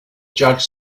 judge